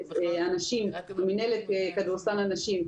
הנשים, מינהלת כדורסל הנשים,